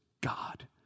God